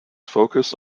focus